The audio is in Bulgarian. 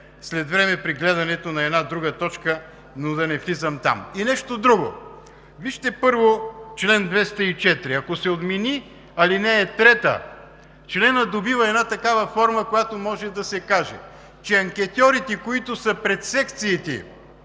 след време, при гледането на една друга точка, но да не влизам там. И нещо друго, вижте първо чл. 204. Ако се отмени алинея 3, членът добива една такава форма, която може да се каже, че анкетьорите, които са пред секциите,